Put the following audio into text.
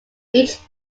each